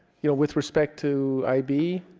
you know with respect to ib